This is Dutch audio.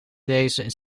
deze